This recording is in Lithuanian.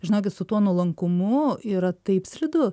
žinokit su tuo nuolankumu yra taip slidu